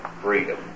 freedom